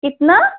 कितना